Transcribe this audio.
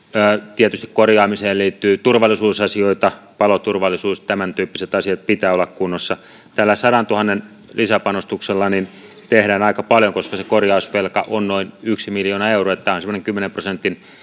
tietysti korjaamiseen liittyy turvallisuusasioita paloturvallisuus tämäntyyppiset asiat pitää olla kunnossa tällä sadantuhannen lisäpanostuksella tehdään aika paljon koska se korjausvelka on noin yksi miljoo naa euroa niin että tämä on semmoinen kymmenen prosentin